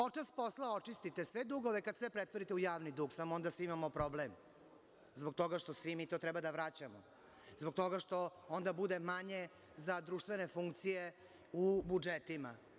Očas posla očistite sve dugove kada sve pretvorite u javni dug, samo onda imamo svi problem zbog toga što svi mi to treba da vraćamo, zbog toga što onda bude manje za društvene funkcije u budžetima.